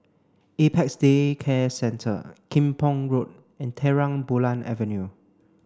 Apex Day Care Centre Kim Pong Road and Terang Bulan Avenue